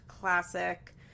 Classic